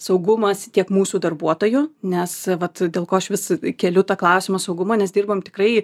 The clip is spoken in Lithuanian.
saugumas tiek mūsų darbuotojų nes vat dėl ko aš vis keliu tą klausimą saugumo nes dirbam tikrai